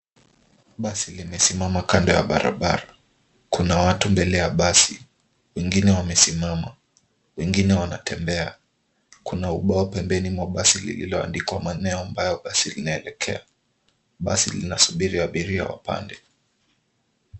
Basi limesimama kando ya barabara. Kuna watu mbele ya basi wengine wamesimama. Wengine wanatembea. Kuna ubao pembeni mwa basi lililoandikwa maeneo ambayo basi linaelekea .Basi linasubiri abiria wapande.